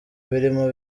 birimo